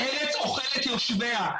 ארץ אוכלת יושביה.